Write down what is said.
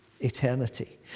eternity